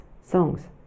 songs